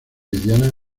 mediana